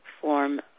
form